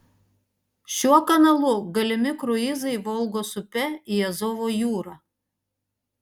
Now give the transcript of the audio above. šiuo kanalu galimi kruizai volgos upe į azovo jūrą